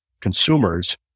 consumers